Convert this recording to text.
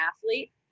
athlete